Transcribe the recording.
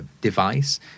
device